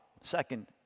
Second